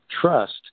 trust